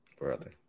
Brother